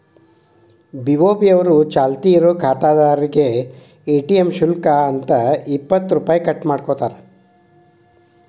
BOB ಅವರು ಚಾಲ್ತಿ ಇರೋ ಖಾತಾದಾರ್ರೇಗೆ ಎ.ಟಿ.ಎಂ ಶುಲ್ಕ ಅಂತ ರೊ ಇಪ್ಪತ್ತು ಕಟ್ ಮಾಡ್ಕೋತಾರ